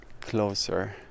closer